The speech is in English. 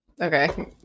okay